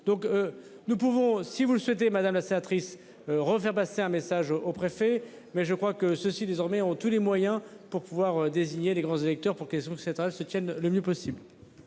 Donc nous pouvons si vous le souhaitez, madame la sénatrice. Refaire passer un message aux préfets, mais je crois que ceci désormais ont tous les moyens pour pouvoir désigner les grands électeurs pour qu'elles sont cette âge se tiennent le mieux possible.